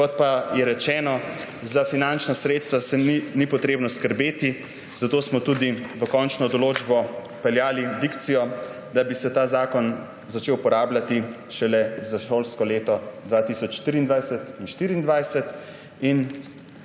Kot pa je rečeno, za finančna sredstva ni potrebno skrbeti, zato smo tudi v končno določbo vpeljali dikcijo, da bi se ta zakon začel uporabljati šele za šolsko leto 2023/2024.